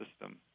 system